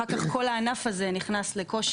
אחר כך כל הענף הזה נכנס לקושי.